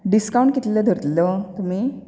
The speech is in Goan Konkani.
डिस्कावंट कितलो धरतलो तुमी